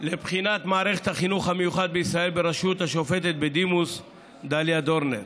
לבחינת מערכת החינוך המיוחד בישראל בראשות השופטת בדימוס דליה דורנר.